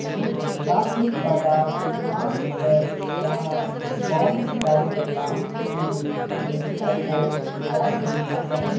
प्राथमिक बाजार वह है जहां बांड जारीकर्ता सीधे निवेशकों को बांड बेचता है